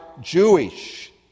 Jewish